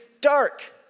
dark